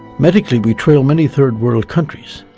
medically, we trail many third world countries.